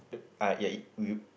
ah ya it you